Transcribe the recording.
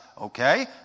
okay